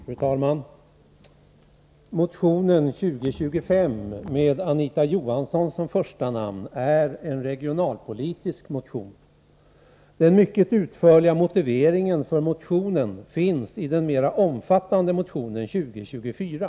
Fru talman! Motion 2025 med Anita Johansson som första namn är en regionalpolitisk motion. Den mycket utförliga motiveringen för motionen finns i den mera omfattande motionen 2024.